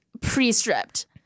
pre-stripped